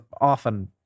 often